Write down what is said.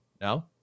No